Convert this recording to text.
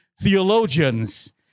theologians